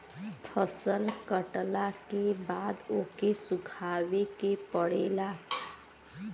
फसल कटला के बाद ओके सुखावे के पड़ेला